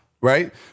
right